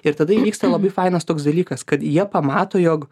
ir tada įvyksta labai fainas toks dalykas kad jie pamato jog